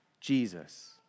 Jesus